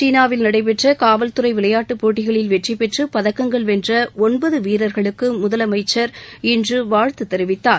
சீனாவில் நடைபெற்ற காவல்துறை விளையாட்டுப் போட்டிகளில் வெற்றிபெற்று பதக்கங்கள் வென்ற ஒன்பது வீரர்களுக்கு முதலமைச்சர் இன்று வாழ்த்து தெரிவித்தார்